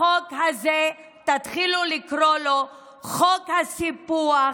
החוק הזה, תתחילו לקרוא לו חוק הסיפוח,